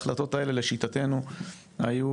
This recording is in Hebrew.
ההחלטות האלה, לשיטתנו, היו